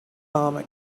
comet